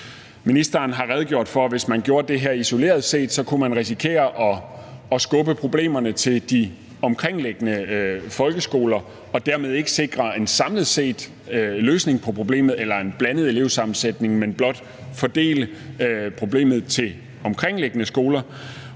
Ministeren har redegjort for, at hvis man gjorde det her isoleret set, kunne man risikere at skubbe problemerne til de omkringliggende folkeskoler og dermed ikke sikre en samlet løsning på problemet eller en blandet elevsammensætning, men blot fordele problemet til omkringliggende skoler.